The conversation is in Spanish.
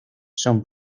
son